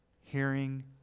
hearing